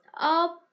up